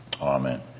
Amen